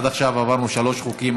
עד עכשיו עברנו שלושה חוקים,